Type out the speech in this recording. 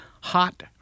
hot